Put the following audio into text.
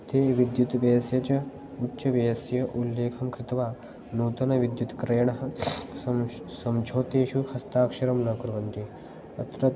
ते विद्युत्व्ययस्य च उच्चव्ययस्य उल्लेखं कृत्वा नूतनविद्युत्क्रयणं संझोतेषु हस्ताक्षरं न कुर्वन्ति अत्र